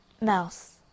Mouse